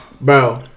bro